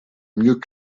mieux